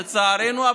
לצערנו.